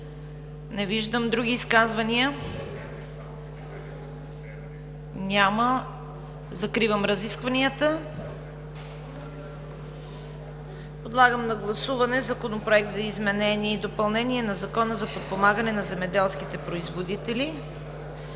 Не виждам. Други изказвания? Няма. Закривам разискванията. Подлагам на гласуване Законопроекта за изменение и допълнение на Закона за подпомагане на земеделските производители.